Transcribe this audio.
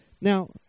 Now